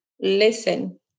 listen